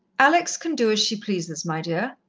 alex can do as she pleases, my dear,